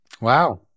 Wow